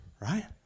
right